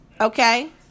Okay